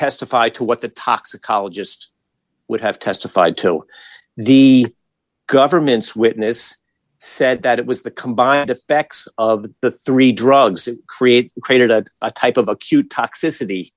testify to what the toxicologist would have testified to what the government's witness said that it was the combined effects of the three drugs that create created a type of acute toxicity